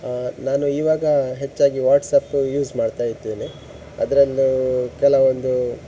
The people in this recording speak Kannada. ನಾನು ಈವಾಗ ಹೆಚ್ಚಾಗಿ ವಾಟ್ಸಪ್ಪು ಯೂಸ್ ಮಾಡ್ತಾ ಇದ್ದೇನೆ ಅದನ್ನು ಕೆಲವೊಂದು